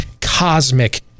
cosmic